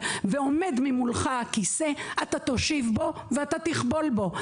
אם עומד ממולך כיסא אתה תושיב בו ותכבול בו.